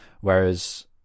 whereas